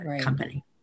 company